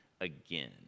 again